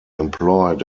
employed